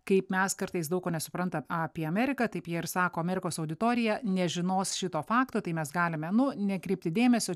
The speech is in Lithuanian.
kaip mes kartais daug ko nesuprantam apie ameriką taip jie ir sako amerikos auditorija nežinos šito fakto tai mes galime nu nekreipti dėmesio